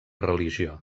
religió